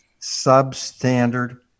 substandard